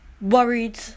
worried